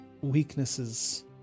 weaknesses